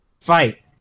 fight